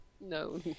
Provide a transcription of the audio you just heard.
no